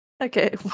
Okay